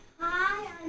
Hi